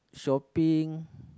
shopping